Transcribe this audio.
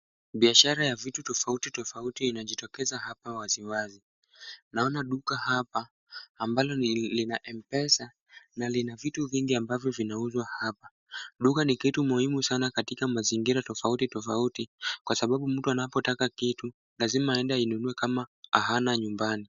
Biashara ya vitu tofauti tofauti inajitokeza hapa waziwazi. Naona duka hapa, ambalo ni lina M-Pesa na lina vitu vingi ambavyo vinauzwa hapa. Duka ni kitu muhimu sana katika mazingira tofauti tofauti, kwa sababu mtu anapotaka kitu, lazima aende ainunue kama hana nyumbani.